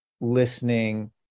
listening